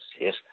yes